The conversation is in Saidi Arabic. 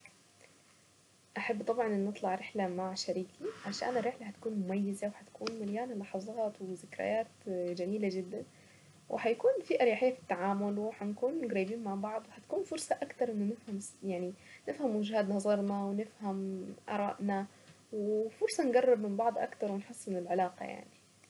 احب طبعا انه اطلع رحلة مع شريكي عشان الرحلة هتكون مميزة وهتكون مليانة لحظات وذكريات جميلة جدا وهيكون في اريحية في التعامل وهنكون قريبين مع بعض وهتكون فرصة اكثر اننا يعني نفهم وجهات نظرنا ونفهم ارائنا وفرصة نقرب من بعض اكثر ونحسن من العلاقة يعني.